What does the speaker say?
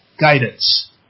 Guidance